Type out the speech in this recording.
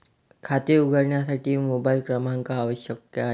खाते उघडण्यासाठी मोबाइल क्रमांक आवश्यक आहे